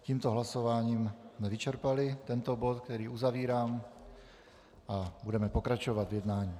Tímto hlasováním jsme vyčerpali tento bod, který uzavírám, a budeme pokračovat v jednání.